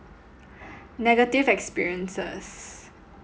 negative experiences